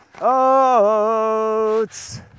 Oats